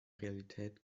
realität